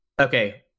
okay